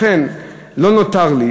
לכן, לא נותר לי